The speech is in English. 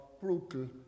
brutal